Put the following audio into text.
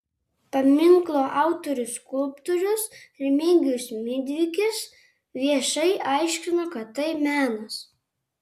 paminklo autorius skulptorius remigijus midvikis viešai aiškino kad tai menas